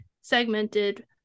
segmented